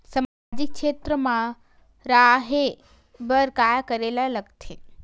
सामाजिक क्षेत्र मा रा हे बार का करे ला लग थे